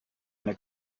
eine